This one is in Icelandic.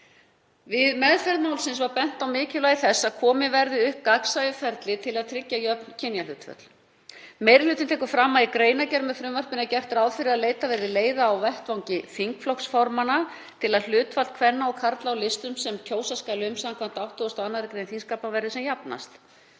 Við meðferð málsins var bent á mikilvægi þess að komið verði upp gagnsæju ferli til að tryggja jöfn kynjahlutföll. Meiri hlutinn tekur fram að í greinargerð með frumvarpinu er gert ráð fyrir að leitað verði leiða á vettvangi þingflokksformanna til að hlutfall kvenna og karla á listum sem kjósa skal um samkvæmt 82. gr. þingskapa verði sem jafnast.